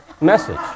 message